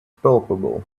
palpable